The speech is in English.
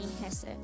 Hesse